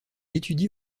étudie